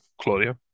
Claudio